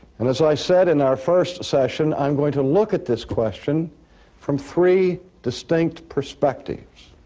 and as i said in our first session, i'm going to look at this question from three distinct perspectives.